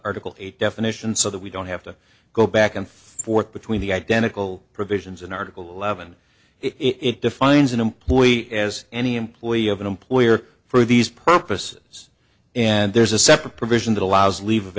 article eight definition so that we don't have to go back and forth between the identical provisions in article levon it defines an employee as any employee of an employer for these purposes and there's a separate provision that allows leave of